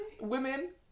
women